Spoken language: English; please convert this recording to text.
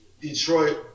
Detroit